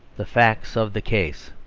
the facts of the case